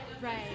right